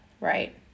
Right